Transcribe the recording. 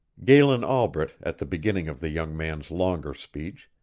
galen albret, at the beginning of the young man's longer speech,